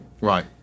Right